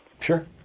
Sure